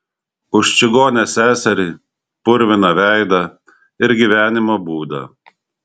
už čigonę seserį purviną veidą ir gyvenimo būdą